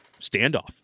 standoff